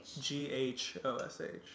G-H-O-S-H